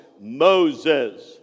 Moses